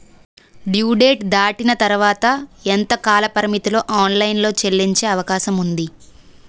Due date దాటిన తర్వాత ఎంత కాలపరిమితిలో ఆన్ లైన్ లో చెల్లించే అవకాశం వుంది?